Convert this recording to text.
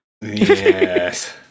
Yes